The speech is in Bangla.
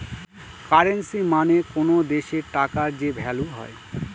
কারেন্সী মানে কোনো দেশের টাকার যে ভ্যালু হয়